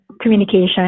communication